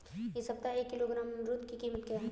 इस सप्ताह एक किलोग्राम अमरूद की कीमत क्या है?